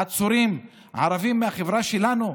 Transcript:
עצורים ערבים מהחברה שלנו,